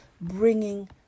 bringing